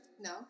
no